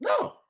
No